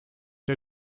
der